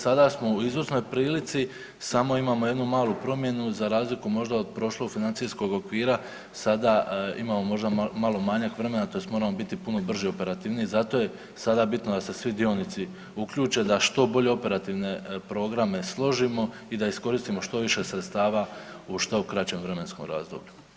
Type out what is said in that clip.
Sada smo u izvrsnoj prilici, samo imamo jednu malu promjenu, za razliku možda od prošlog financijskog okvira, sada imamo možda malo manjak vremena, tj. moramo biti puno brži i operativniji, zato je sada bitno da se svi dionici uključe da što bolje operativne programe složimo i da iskoristimo što više sredstava u što kraćem vremenskom razdoblju.